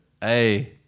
Hey